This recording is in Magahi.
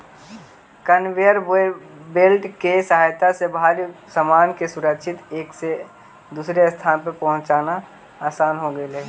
कनवेयर बेल्ट के सहायता से भारी सामान के सुरक्षित एक से दूसर स्थान पर पहुँचाना असान हो गेलई हे